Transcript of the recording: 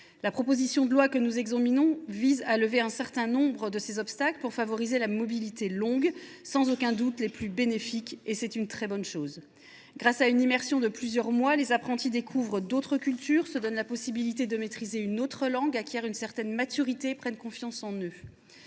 la langue. Le présent texte vise à lever un certain nombre de ces obstacles pour favoriser les mobilités longues, qui sont sans aucun doute les plus bénéfiques. C’est une très bonne chose. Grâce à une immersion de plusieurs mois, les apprentis découvrent d’autres cultures, se donnent la possibilité de maîtriser une autre langue, acquièrent une certaine maturité et prennent confiance en eux.